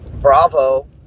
bravo